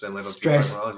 stress